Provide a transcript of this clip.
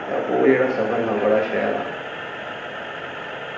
ते ओह् जेह्ड़ा सफर हा ओह् बड़ा शैल हा